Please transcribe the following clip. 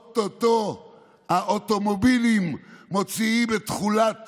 או-טו-טו האוטומובילים מוציאים את תכולת